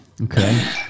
Okay